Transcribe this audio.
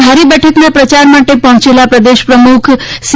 ધારી બેઠકના પ્રચાર માટે પહોંચેલા ભાજપ પ્રદેશ પ્રમુખ સી